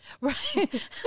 Right